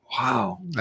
Wow